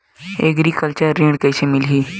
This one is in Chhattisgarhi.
एग्रीकल्चर ऋण कइसे मिलही?